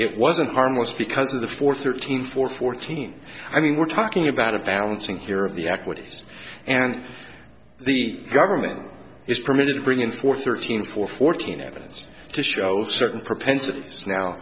it wasn't harmless because of the four thirteen for fourteen i mean we're talking about a balancing here of the equities and the government is permitted to bring in for thirteen for fourteen evidence to show certain propensity